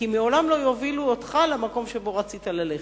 כי מעולם לא יובילו אותך למקום שאליו רצית ללכת,